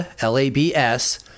L-A-B-S